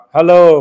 Hello